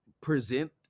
present